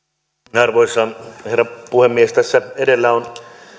arvoisa herra puhemies tässä edellä on